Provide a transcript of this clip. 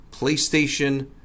PlayStation